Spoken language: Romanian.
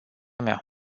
mea